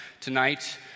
tonight